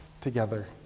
together